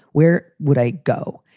where would i go?